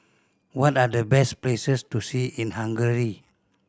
what are the best places to see in Hungary